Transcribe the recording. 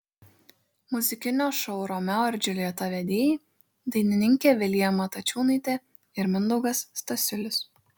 muzikinio šou romeo ir džiuljeta vedėjai dainininkė vilija matačiūnaitė ir mindaugas stasiulis